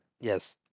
Yes